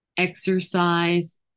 exercise